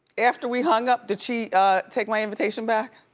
after we hung up, did she take my invitation back?